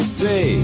say